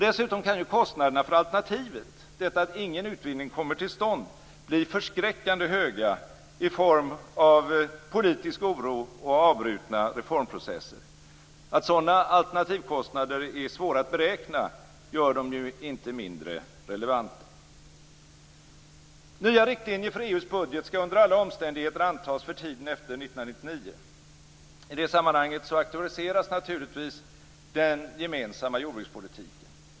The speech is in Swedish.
Dessutom kan kostnaderna för alternativet, att ingen utvidgning kommer till stånd, bli förskräckande höga i form av politisk oro och avbrutna reformprocesser. Att sådana alternativkostnader är svåra att beräkna gör dem inte mindre relevanta. Nya riktlinjer för EU:s budget skall under alla omständigheter antas för tiden efter 1999. I detta sammanhang aktualiseras naturligtvis den gemensamma jordbrukspolitiken.